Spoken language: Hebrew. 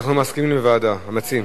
אנחנו מסכימים לוועדה, המציעים.